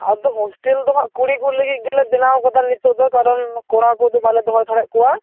ᱟᱫᱚ ᱦᱳᱥᱴᱮᱞ ᱫᱚ ᱦᱟᱸᱜ ᱠᱩᱲᱤ ᱠᱚ ᱞᱟᱹᱜᱤᱫ ᱜᱮᱞᱮ ᱵᱮᱱᱟᱣ ᱠᱟᱫᱟ ᱱᱤᱛᱳᱜ ᱫᱚ ᱠᱟᱨᱚᱱ ᱠᱚᱲᱟ ᱠᱚᱫᱚ ᱵᱟᱞᱮ ᱫᱚᱦᱚ ᱦᱟᱛᱟᱲᱮᱫ ᱠᱚᱣᱟ